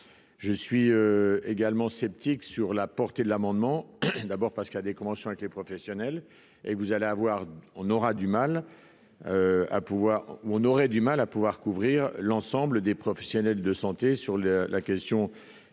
je suis également sceptique sur la portée de l'amendement, d'abord parce qu'il y a des conventions avec les professionnels, et vous allez avoir, on aura du mal à pourvoir, on aurait du mal à pouvoir couvrir l'ensemble des professionnels de santé sur le la question des